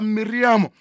Miriam